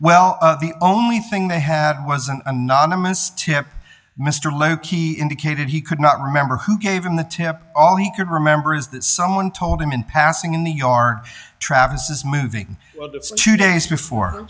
well the only thing they had was an anonymous tip mr low key indicated he could not remember who gave him the tip all he could remember is that someone told him in passing in the you are travis is moving two days before